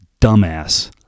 dumbass